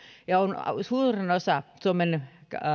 ja suurin osa suomen